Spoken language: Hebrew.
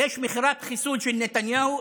יש מכירת חיסול של נתניהו,